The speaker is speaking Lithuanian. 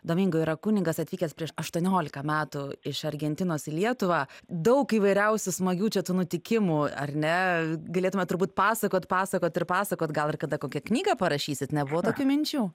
domingo yra kunigas atvykęs prieš aštuoniolika metų iš argentinos į lietuvą daug įvairiausių smagių čia tų nutikimų ar ne galėtumėt turbūt pasakot pasakot ir pasakot gal ir kada kokią knygą parašysit nebuvo tokių minčių